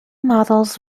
models